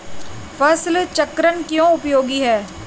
फसल चक्रण क्यों उपयोगी है?